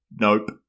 nope